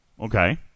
Okay